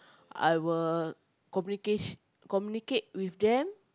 I will communicat~ communicate with them